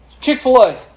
Chick-fil-A